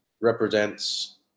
represents